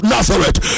Nazareth